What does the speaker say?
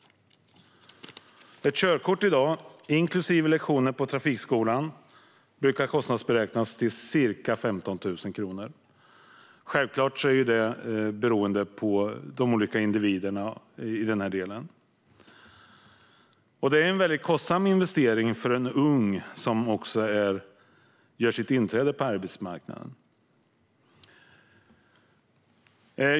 Ett körkort i dag, inklusive lektioner på trafikskolan, brukar kostnadsberäknas till ca 15 000 kronor. Självklart är summan beroende på de olika individerna. Det är en kostsam investering för en ung person som också gör sitt inträde på arbetsmarknaden.